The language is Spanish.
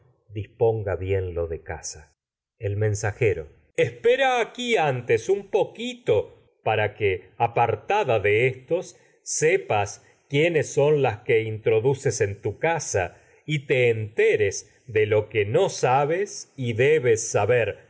disponga bien lo casa el mensajero espera aquí antes un poquito para que apartada de éstos sepas quiénes son las que inti oen duces tu casa pues y te enteres de lo yo qúe no sabes y debes saber